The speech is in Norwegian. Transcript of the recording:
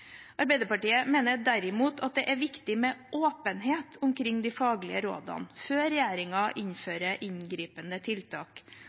Arbeiderpartiet mener derimot at det er viktig med åpenhet omkring de faglige rådene før regjeringen innfører inngripende tiltak.